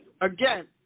again